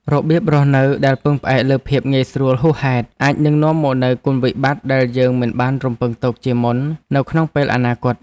របៀបរស់នៅដែលពឹងផ្អែកលើភាពងាយស្រួលហួសហេតុអាចនឹងនាំមកនូវគុណវិបត្តិដែលយើងមិនបានរំពឺងទុកជាមុននៅក្នុងពេលអនាគត។